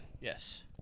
yes